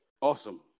Awesome